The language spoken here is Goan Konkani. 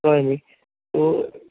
कळ्ळें न्ही सो